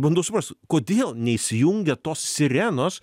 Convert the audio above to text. bandau suprast kodėl neįsijungia tos sirenos